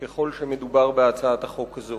ככל שמדובר בהצעת החוק הזאת: